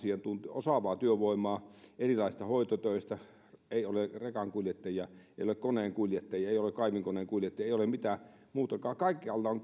osaavaa työvoimaa erilaisista hoitotöistä ei ole rekankuljettajia ei ole koneenkuljettajia ei ole kaivinkoneenkuljettajia ei ole mitään muutakaan kaikkialla on